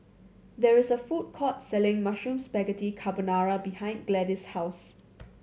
there is a food court selling Mushroom Spaghetti Carbonara behind Gladis' house